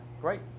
great